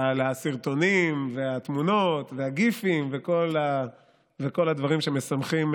על הסרטונים והתמונות והגיפים וכל הדברים שמשמחים,